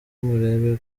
murebe